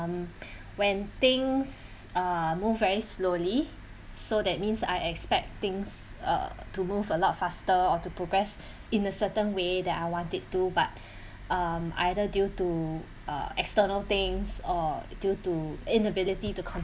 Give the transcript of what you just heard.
when things uh moved very slowly so that means I expect things uh to move a lot faster or to progress in a certain way that I want it to but um either due to uh external things or due to inability to com~